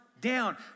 down